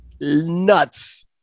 nuts